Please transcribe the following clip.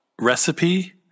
recipe